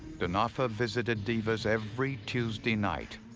denofa visited divas every tuesday night.